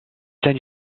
send